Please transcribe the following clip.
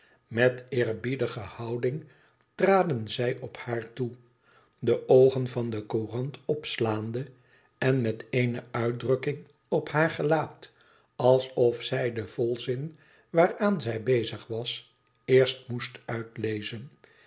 met eerbiedige houding traden zij op haar toe de oogen van de courant opslaande en met eene uitdrukking op haar gelaat alsof zij den volzin waaraan zij bezig was eerst moest uitlezen